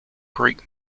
greek